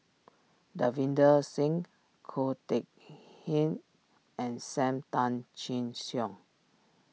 Davinder Singh Ko Teck Kin and Sam Tan Chin Siong